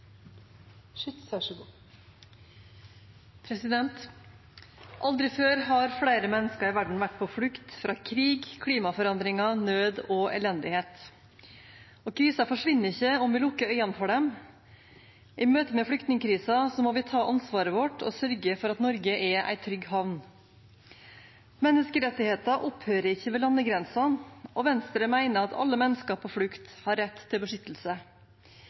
Aldri før har flere mennesker i verden vært på flukt fra krig, klimaforandringer, nød og elendighet. Og krisene forsvinner ikke om vi lukker øynene for dem. I møte med flyktningkrisen må vi ta vårt ansvar og sørge for at Norge er en trygg havn. Menneskerettigheter opphører ikke ved landegrensen, og Venstre mener at alle mennesker på flukt har rett til beskyttelse.